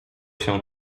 się